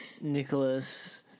Nicholas